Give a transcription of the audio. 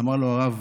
אמר לו הרב: